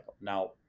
Now